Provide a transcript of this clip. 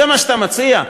זה מה שאתה מציע?